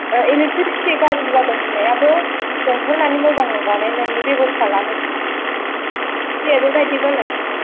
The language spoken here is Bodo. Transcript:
ओ इलेकट्रिसिटि गारजि जादों होननायाबो लेंहरनानै मोजां बानायनायनि बेब'स्था लानोसै दे बेबायदि बालाय ओं